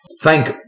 Thank-